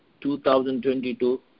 2022